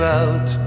out